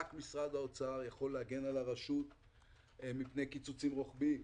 רק משרד האוצר יכול להגן על הרשות מפני קיצוצים רוחביים.